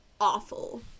awful